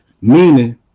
meaning